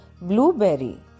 blueberry